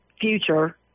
future